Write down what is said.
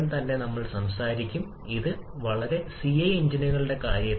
അതിനാൽ ഈ രാസവസ്തു എന്താണ് സംഭവിക്കുന്നത്